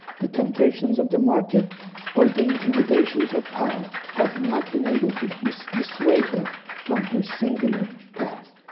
the temptations of the market or the intimidations of power have not been able to dissuade her from her singular path.